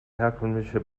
herkömmliche